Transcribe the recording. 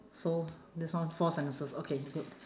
so this one four sentences okay good